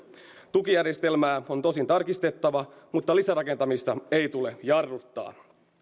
tukijärjestelmää on tosin tarkistettava mutta lisärakentamista ei tule jarruttaa